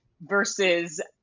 versus